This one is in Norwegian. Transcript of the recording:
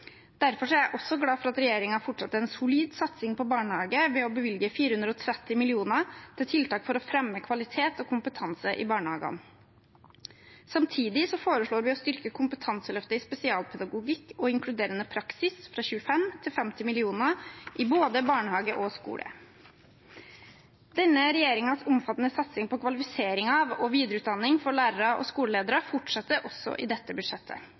er jeg også glad for at regjeringen fortsatt har en solid satsing på barnehage ved å bevilge 430 mill. kr til tiltak for å fremme kvalitet og kompetanse i barnehagene. Samtidig foreslår vi å styrke kompetanseløftet i spesialpedagogikk og inkluderende praksis fra 25 mill. kr til 50 mill. kr i både barnehage og skole. Denne regjeringens omfattende satsing på kvalifisering av og videreutdanning for lærere og skoleledere fortsetter også i dette budsjettet.